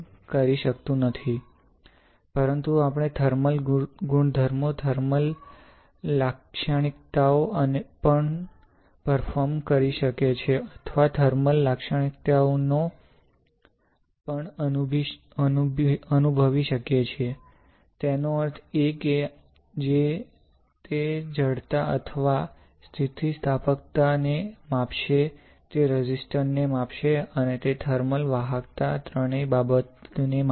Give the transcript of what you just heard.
પરંતુ આપણે થર્મલ ગુણધર્મો થર્મલ લાક્ષણિકતાઓ પણ પેર્ફોમ કરી શકે છે અથવા થર્મલ લાક્ષણિકતાઓને પણ અનુભવી શકીએ છીએ તેનો અર્થ એ કે તે જડતા અથવા સ્થિતિસ્થાપકતા ને માપશે તે રેઝિસ્ટર ને માપશે અને તે થર્મલ વાહકતા ત્રણેય બાબતોને માપશે